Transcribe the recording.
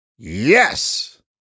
Yes